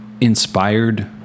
inspired